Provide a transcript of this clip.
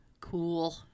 Cool